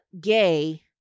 gay